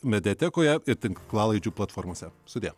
mediatekoje ir tinklalaidžių platformose sudie